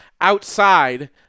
outside